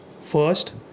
First